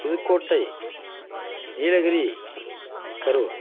Pudukkottai Nilgiri Karur